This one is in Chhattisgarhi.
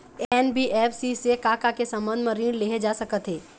एन.बी.एफ.सी से का का के संबंध म ऋण लेहे जा सकत हे?